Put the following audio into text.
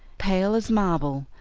pale as marble,